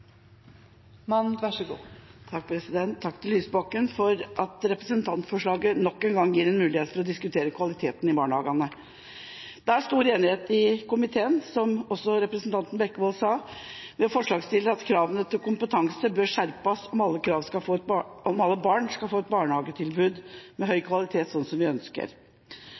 Takk til Lysbakken for at representantforslaget nok en gang gir mulighet til å diskutere kvaliteten i barnehagene. Det er stor enighet i komiteen, som også representanten Bekkevold sa, om å fremme forslag om at kravene til kompetanse bør skjerpes, slik at alle barn skal få et barnehagetilbud med høy kvalitet sånn som vi ønsker.